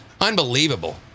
Unbelievable